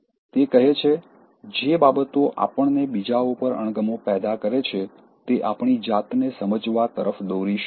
તે કહે છે જે બાબતો આપણને બીજાઓ પર અણગમો પેદા કરે છે તે આપણી જાતને સમજવા તરફ દોરી શકે છે